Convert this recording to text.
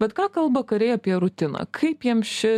bet ką kalba kariai apie rutiną kaip jiems ši